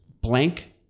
blank